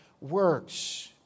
works